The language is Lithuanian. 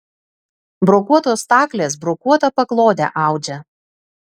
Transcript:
brokuotos staklės brokuotą paklodę audžia